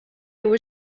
were